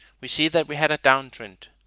we see that we had a downtrend.